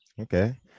okay